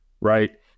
right